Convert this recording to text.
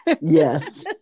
Yes